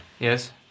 Yes